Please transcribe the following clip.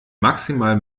maximal